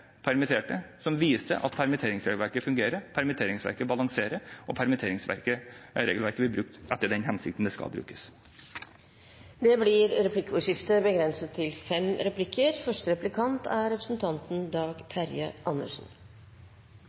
permitterte, er eksempel som viser at permitteringsregelverket fungerer, balanserer og blir brukt etter den hensikten det skal brukes. Det blir replikkordskifte. Det var interessant å høre alt statsråden er